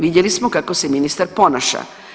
Vidjeli smo kako se ministar ponaša.